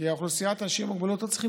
כי אוכלוסיית האנשים עם מוגבלויות לא צריכים